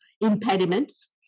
impediments